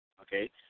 okay